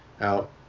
out